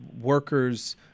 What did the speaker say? workers